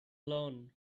lawn